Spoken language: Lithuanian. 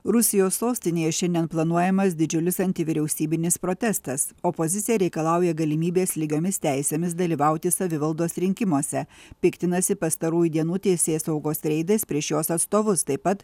rusijos sostinėje šiandien planuojamas didžiulis anti vyriausybinis protestas opozicija reikalauja galimybės lygiomis teisėmis dalyvauti savivaldos rinkimuose piktinasi pastarųjų dienų teisėsaugos reidais prieš jos atstovus taip pat